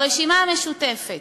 מהרשימה המשותפת,